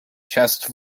chest